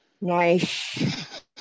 Nice